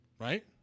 Right